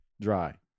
dry